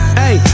hey